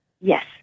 Yes